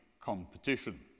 competition